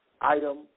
item